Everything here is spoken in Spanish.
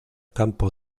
campo